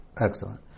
Excellent